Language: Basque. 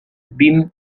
bin